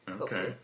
Okay